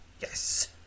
Yes